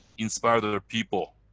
inspire the people.